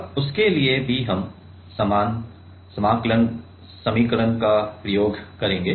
अब उसके लिए भी हम समान समाकलन समीकरण का प्रयोग करेंगे